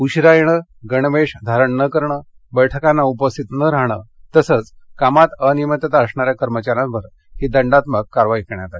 उशिरा येणं गणवेश धारण न करणं बैठकांना उपस्थित न राहणं तसंच कामात अनियमितता असणाऱ्या कर्मचाऱ्यांवर ही दंडात्मक कारवाई करण्यात आली